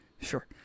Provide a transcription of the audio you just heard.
sure